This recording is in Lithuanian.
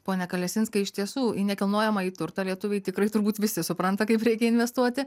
pone kalesinskai iš tiesų į nekilnojamąjį turtą lietuviai tikrai turbūt visi supranta kaip reikia investuoti